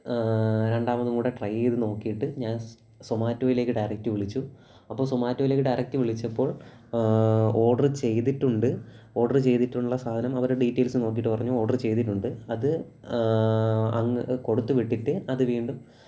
രണ്ടാമതു കൂടി ട്രൈ ചെയ്തു നോക്കിയിട്ട് ഞാൻ സൊ സൊമാറ്റോയിലേക്ക് ഡയറക്റ്റ് വിളിച്ചു അപ്പോൾ സൊമാറ്റോയിലേക്ക് ഡയറക്റ്റ് വിളിച്ചപ്പോൾ ഓഡർ ചെയ്തിട്ടുണ്ട് ഓഡർ ചെയ്തിട്ടുള്ള സാധനം അവർ ഡീറ്റെയിൽസ് നോക്കിയിട്ടു പറഞ്ഞു ഓഡർ ചെയ്തിട്ടുണ്ട് അത് അങ്ങു കൊടുത്തു വിട്ടിട്ട് അതു വീണ്ടും